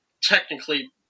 technically